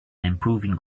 improving